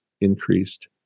increased